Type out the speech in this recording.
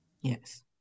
Yes